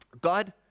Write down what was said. God